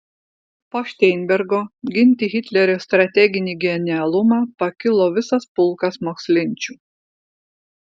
po šteinbergo ginti hitlerio strateginį genialumą pakilo visas pulkas mokslinčių